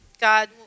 God